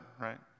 right